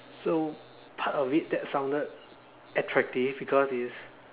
so part of it that sounded attractive because it's